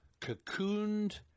cocooned